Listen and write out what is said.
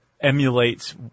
emulates